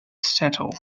settle